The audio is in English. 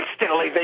instantly